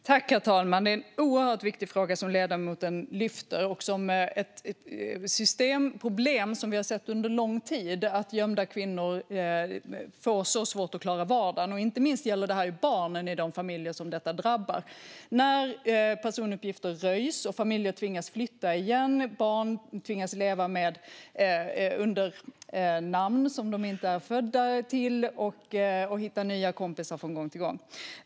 Herr talman! Det är en oerhört viktig fråga som ledamoten lyfter fram. Att gömda kvinnor får så svårt att klara vardagen är ett systemproblem som vi har sett under lång tid. Inte minst gäller det här barnen i de familjer som drabbas. När personuppgifter röjs tvingas familjer flytta igen. Barn tvingas leva under namn som de inte är födda till och hitta nya kompisar från gång till gång.